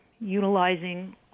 utilizing